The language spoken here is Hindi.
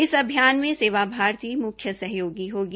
इस अभियान में सेवा भारती मुख्य सहयोगी होगी